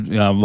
ja